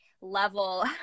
level